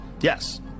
Yes